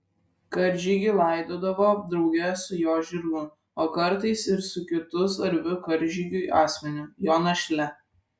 karžygį laidodavo drauge su jo žirgu o kartais ir su kitu svarbiu karžygiui asmeniu jo našle